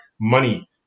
money